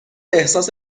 احساس